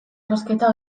erosketa